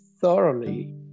thoroughly